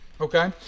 Okay